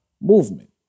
movement